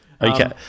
Okay